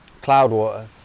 Cloudwater